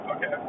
Okay